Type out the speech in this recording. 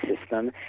system